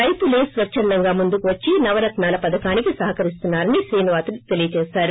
రైతులే స్వచ్చందంగా ముందుకు వచ్చి నవరత్నాల పథకానికి సహకరిస్తున్నా రని శ్రీనివాసులు తెలియజేశారు